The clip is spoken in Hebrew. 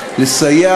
אישי,